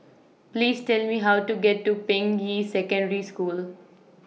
Please Tell Me How to get to Ping Yi Secondary School